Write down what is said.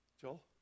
Joel